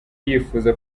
yifuza